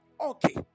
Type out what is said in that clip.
Okay